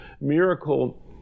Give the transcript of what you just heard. miracle